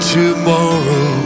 tomorrow